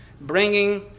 bringing